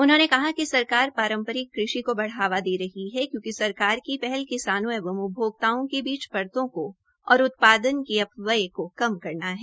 उन्होंने कहा कि सरकार पारम्परिक कृषि को बढ़ावा दे रही है क्योंकि सरकार की पहल किसानों एवं उपभोक्ताओं के बीच परतों की और अपव्यय को कम करना है